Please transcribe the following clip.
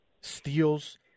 steals